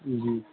جی